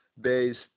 based